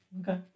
Okay